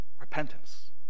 Repentance